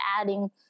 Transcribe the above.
adding